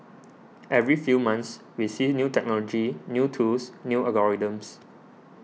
every few months we see new technology new tools new algorithms